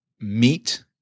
meat